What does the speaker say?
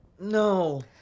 No